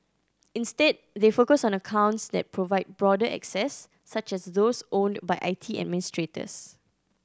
instead they focus on accounts that provide broader access such as those owned by I T administrators